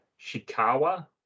Shikawa